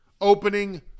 Opening